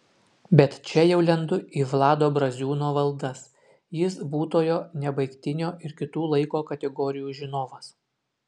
bet čia jau lendu į vlado braziūno valdas jis būtojo nebaigtinio ir kitų laiko kategorijų žinovas